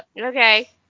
Okay